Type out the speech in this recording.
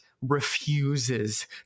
refuses